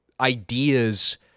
ideas